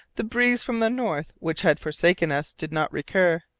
the breeze from the north, which had forsaken us, did not recur,